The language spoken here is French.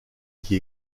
qui